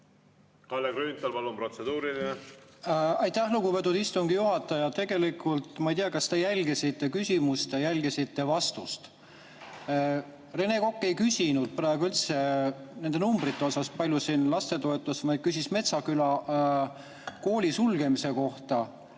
Kalle Grünthal, palun, protseduuriline! Aitäh, lugupeetud istungi juhataja! Tegelikult ma ei tea, kas te jälgisite küsimust ja jälgisite vastust. Rene Kokk ei küsinud praegu üldse nende numbrite kohta, kui [suur on] lastetoetus, vaid ta küsis Metsküla kooli sulgemise kohta